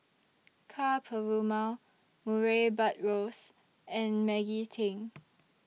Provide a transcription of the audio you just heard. Ka Perumal Murray Buttrose and Maggie Teng